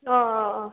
अँ अँ अँ